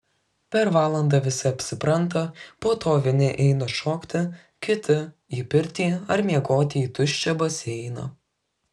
per valandą visi apsipranta po to vieni eina šokti kiti į pirtį ar miegoti į tuščią baseiną